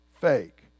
fake